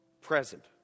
present